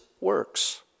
works